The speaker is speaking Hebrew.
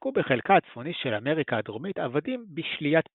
הועסקו בחלקה הצפוני של אמריקה הדרומית עבדים בשליית פנינים,